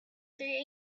three